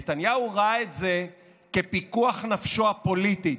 נתניהו ראה את זה כפיקוח נפשו הפוליטית,